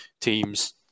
Teams